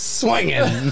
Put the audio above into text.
swinging